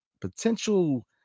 potential